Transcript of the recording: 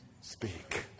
speak